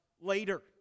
later